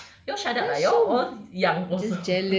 but then I'm like you all shut up lah you all young